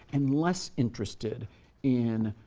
and less interested in